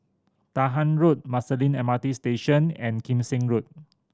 Dahan Road Marsiling M R T Station and Kim Seng Road